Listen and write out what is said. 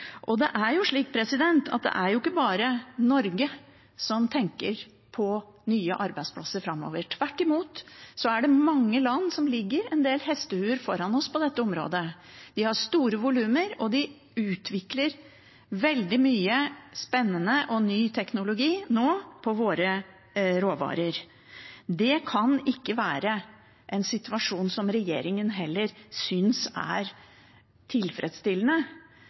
Det er ikke bare Norge som tenker på nye arbeidsplasser framover. Tvert imot er det mange land som ligger en del hestehoder foran oss på dette området. De har store volum og utvikler nå veldig mye spennende og ny teknologi på bakgrunn av våre råvarer. Det kan ikke være en situasjon som regjeringen synes er tilfredsstillende.